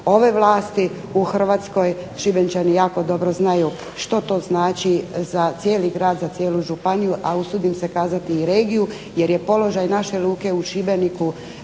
ove vlasti u Hrvatskoj, Šibenčani jako dobro znaju što to znači za cijeli grad, za cijelu županiju, a usudim se kazati i regiju, jer je položaj naše luke u Šibeniku